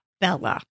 Bella